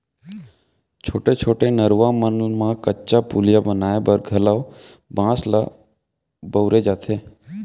छोटे छोटे नरूवा मन म कच्चा पुलिया बनाए म घलौ बांस ल बउरे जाथे